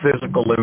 physical